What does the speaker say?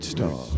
Star